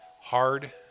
hard